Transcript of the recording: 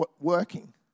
working